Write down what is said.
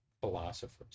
philosophers